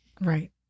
Right